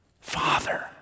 father